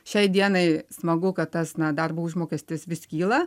šiai dienai smagu kad tas na darbo užmokestis vis kyla